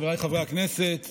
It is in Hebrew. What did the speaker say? חבריי חברי הכנסת,